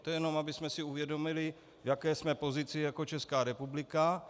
To jenom abychom si uvědomili, v jaké jsme pozici jako Česká republika.